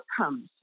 outcomes